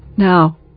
Now